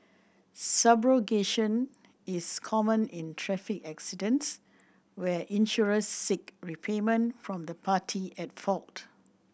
subrogation is common in traffic accidents where insurers seek repayment from the party at fault